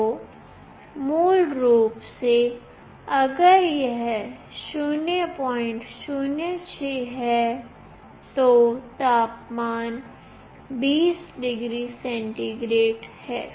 तो मूल रूप से अगर यह 006 है तो तापमान 20 डिग्री सेंटीग्रेड है